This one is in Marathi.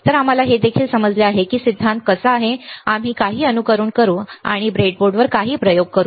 तर आम्हाला हे देखील समजले आहे की सिद्धांत कसा आहे आम्ही काही अनुकरण करतो आणि आम्ही ब्रेडबोर्डवर काही प्रयोग करू